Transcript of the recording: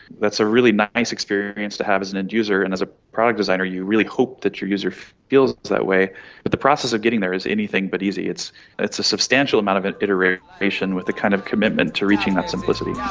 that's a really nice experience to have as an end user, and as a product designer you really hope that your user feels that way but the process of getting there is anything but easy, it's it's a substantial amount of iteration iteration with a kind of commitment to reaching that simplicity.